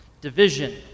Division